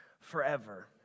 forever